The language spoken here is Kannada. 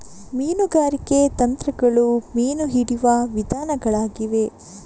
ಮೀನುಗಾರಿಕೆ ತಂತ್ರಗಳು ಮೀನು ಹಿಡಿಯುವ ವಿಧಾನಗಳಾಗಿವೆ